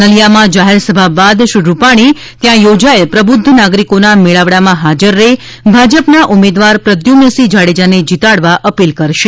નલિયામાં જાહેરસભા બાદ શ્રી રૂપાણી ત્યાં યોજાયેલ પ્રબુધ્ધ નાગરિકોના મેળાવડામાં હાજર રહી ભાજપના ઉમેદવાર પ્રદ્યુમનસિંહ જાડેજાને જિતાડવા અપીલ કરશે